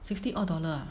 sixty odd dollar ah